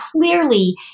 clearly